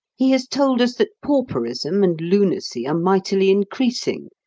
he has told us that pauperism and lunacy are mightily increasing,